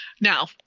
Now